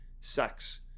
sex